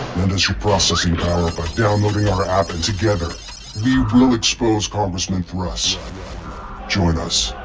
lend us your processing power by downloading our app, and together we will expose congressman thruss. join us,